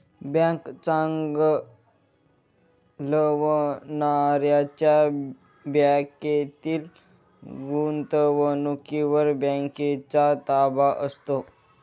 bank चालवणाऱ्यांच्या बँकेतील गुंतवणुकीवर बँकेचा ताबा असतो